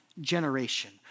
generation